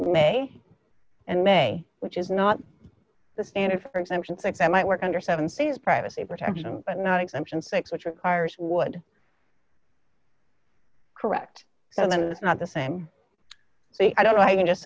may and may which is not the standard for exemptions like that might work under seven seas privacy protection but not exemption six which requires would correct so then it's not the same the i don't know i can just